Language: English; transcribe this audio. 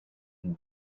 who